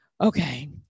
okay